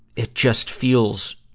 it just feels,